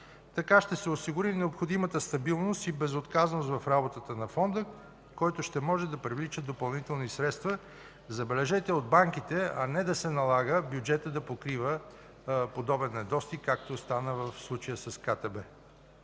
Така ще се осигури необходимата стабилност и безотказност в работата на Фонда, който ще може да привлича допълнителни средства – забележете, от банките, а не да се налага бюджетът да покрива подобен недостиг, както стана в случая с КТБ.